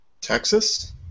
Texas